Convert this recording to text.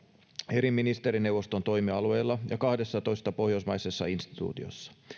eri ministerineuvoston toimialueella ja kahdessatoista pohjoismaisessa instituutiossa